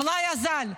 המלאי אזל.